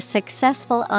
Successful